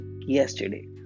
yesterday